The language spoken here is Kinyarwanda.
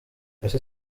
uwase